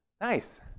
Nice